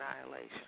annihilation